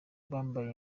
bambaye